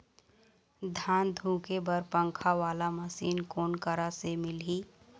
धान धुके बर पंखा वाला मशीन कोन करा से मिलही?